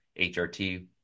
HRT